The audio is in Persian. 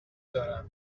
دارند